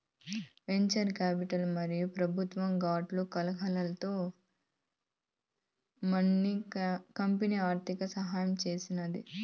venture capital మరియు పెబుత్వ గ్రాంట్ల కలయికతో మిన్ని కంపెనీ ఆర్థిక సహాయం చేసినాది